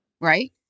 Right